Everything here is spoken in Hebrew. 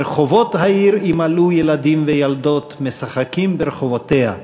ורחֹבות העיר ימלאו ילדים וילדות משחקים ברחֹבֹתיה".